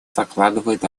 закладывает